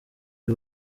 uyu